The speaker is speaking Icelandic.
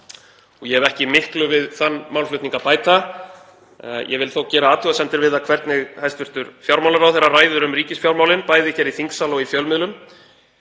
og ég hef ekki miklu við þann málflutning að bæta. Ég vil þó gera athugasemdir við það hvernig hæstv. fjármálaráðherra ræðir um ríkisfjármálin bæði hér í þingsal og í fjölmiðlum.